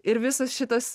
ir visas šitas